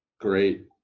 Great